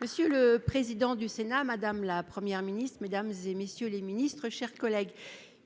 Monsieur le président du Sénat, madame, la Première ministre Mesdames et messieurs les Ministres, chers collègues.